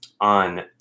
on